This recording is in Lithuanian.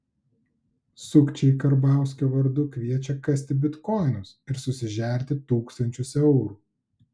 sukčiai karbauskio vardu kviečia kasti bitkoinus ir susižerti tūkstančius eurų